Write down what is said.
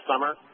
summer